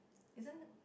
isn't